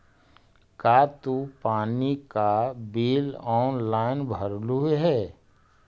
का तू पानी का बिल ऑनलाइन भरलू हे